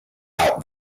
out